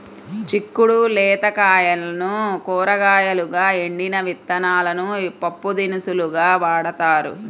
చిక్కుడు లేత కాయలను కూరగాయలుగా, ఎండిన విత్తనాలను పప్పుదినుసులుగా వాడతారు